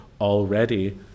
Already